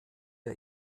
der